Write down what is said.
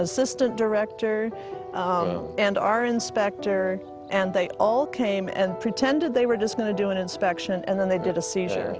assistant director and our inspector and they all came and pretended they were dispatched to do an inspection and then they did a seizure